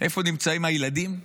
איפה נמצאים הילדים?